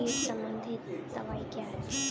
कीट संबंधित दवाएँ क्या हैं?